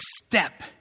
step